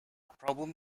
problem